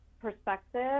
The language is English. perspective